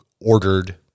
ordered